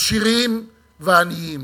עשירים ועניים.